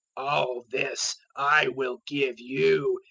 all this i will give you,